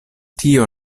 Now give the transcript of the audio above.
tio